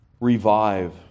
revive